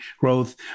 growth